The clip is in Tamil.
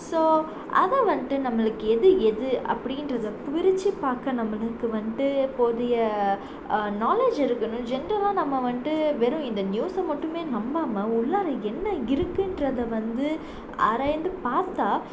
ஸோ அதை வந்துட்டு நம்மளுக்கு எது எது அப்படின்றத பிரித்து பார்க்க நம்முளுக்கு வந்துட்டு போதிய நாலேஜ் இருக்கணும் ஜென்ரலாக நம்ம வந்துட்டு வெறும் இந்த நியூஸ் மட்டும் நம்பாமல் உள்ளார என்ன இருக்கின்றத வந்து ஆராய்ந்து பார்த்தால்